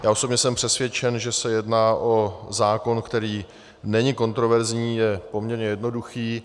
Já osobně jsem přesvědčen, že se jedná o zákon, který není kontroverzní, je poměrně jednoduchý.